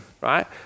right